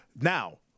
now